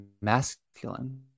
masculine